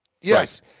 Yes